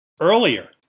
earlier